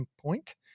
point